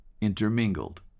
intermingled